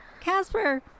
Casper